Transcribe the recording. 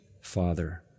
Father